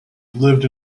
lived